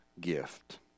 gift